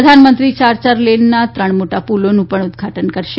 પ્રધાનમંત્રી ચાર ચાર લેનના ત્રણ મોટા પુલોનું પણ ઉદઘાટન કરશે